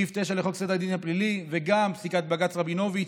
סעיף 9 לחוק סדר הדין הפלילי וגם פסיקת בג"ץ רבינוביץ'